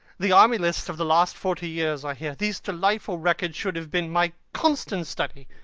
the army lists of the last forty years are here. these delightful records should have been my constant study.